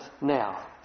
now